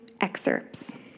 excerpts